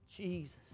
Jesus